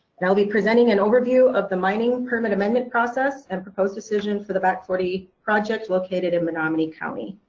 and i'll be presenting an overview of the mining permit amendment process and proposed decision for the back forty project located in menominee county.